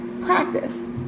practice